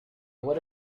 what